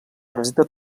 presenta